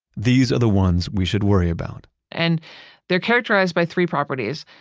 these are the ones we should worry about and they're characterized by three properties,